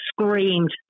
screamed